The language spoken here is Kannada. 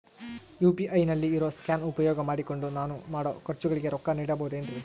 ಯು.ಪಿ.ಐ ನಲ್ಲಿ ಇರೋ ಸ್ಕ್ಯಾನ್ ಉಪಯೋಗ ಮಾಡಿಕೊಂಡು ನಾನು ಮಾಡೋ ಖರ್ಚುಗಳಿಗೆ ರೊಕ್ಕ ನೇಡಬಹುದೇನ್ರಿ?